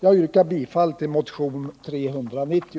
Jag yrkar bifall till motionen 390.